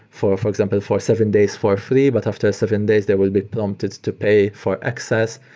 for for example for seven days for free. but after seven days, they will be prompted to pay for access.